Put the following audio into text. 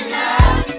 love